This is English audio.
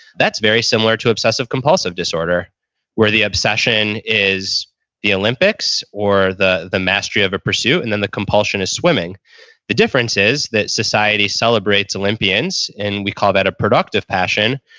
that's very similar to obsessive compulsive disorder where the obsession is the olympics or the the mastery of a pursuit, and then the compulsion is swimming the difference is that society celebrates olympians, and we call that a productive passion.